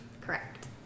Correct